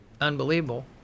unbelievable